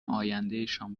آیندهشان